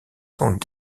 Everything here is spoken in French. sont